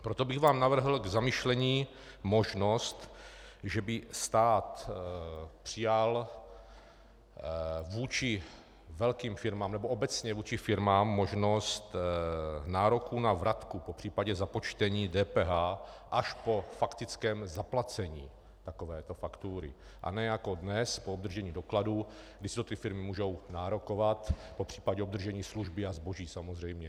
Proto bych vám navrhl k zamyšlení možnost, že by stát přijal vůči velkým firmám nebo obecně vůči firmám možnost nároku na vratku, popř. započtení DPH až po faktickém zaplacení takovéto faktury, a ne jako dnes po obdržení dokladů, kdy si to ty firmy můžou nárokovat, popř. obdržení služby a zboží samozřejmě.